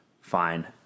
fine